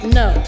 no